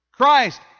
Christ